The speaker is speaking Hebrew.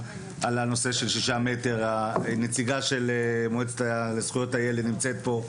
הנושא של שישה מטר; הנציגה של המועצה לזכויות הילד נמצאת פה,